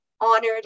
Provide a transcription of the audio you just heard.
honored